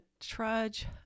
trudge